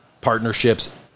partnerships